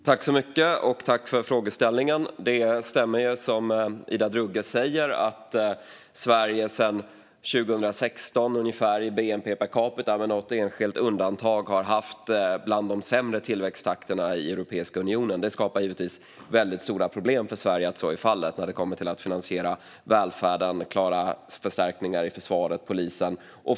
Fru talman! Jag tackar för frågeställningen. Det stämmer som Ida Drougge säger att Sverige sedan ungefär 2016, med något enskilt undantag, har haft bland de sämre tillväxttakterna i Europeiska unionen räknat i bnp per capita. Att så är fallet skapar givetvis stora problem för Sverige när det kommer till att finansiera välfärden och klara förstärkningar i försvaret och polisen.